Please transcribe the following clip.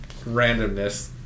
randomness